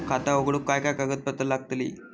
खाता उघडूक काय काय कागदपत्रा लागतली?